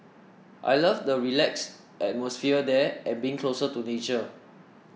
I love the relaxed atmosphere there and being closer to nature